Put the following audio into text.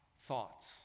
thoughts